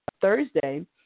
Thursday